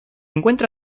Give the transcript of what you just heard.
encuentra